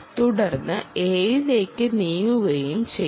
തുടർന്ന് Aയിലേക്ക് നീങ്ങുകയും ചെയ്യും